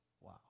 Wow